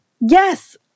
Yes